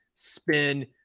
spin